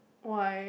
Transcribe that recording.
why